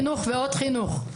חינוך ועוד חינוך.